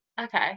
okay